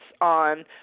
on